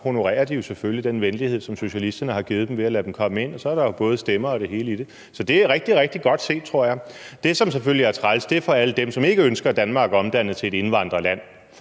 honorerer de selvfølgelig den venlighed, som socialisterne har vist dem ved at lade dem komme ind, og så er der jo både stemmer og det hele i det. Så det er rigtig, rigtig godt tænkt, tror jeg. Dem, som det selvfølgelig er træls for, er alle dem, som ikke ønsker Danmark omdannet til et indvandrerland.